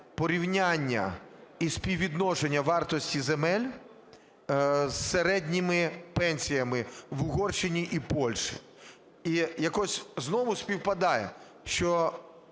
порівняння і співвідношення вартості земель з середніми пенсіями в Угорщині і Польщі. І якось знову співпадає, що,